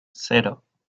cero